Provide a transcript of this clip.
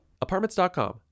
Apartments.com